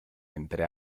entre